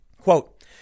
quote